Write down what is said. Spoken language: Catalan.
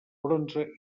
bronze